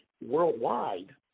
worldwide